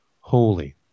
holy